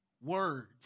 Words